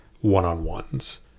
one-on-ones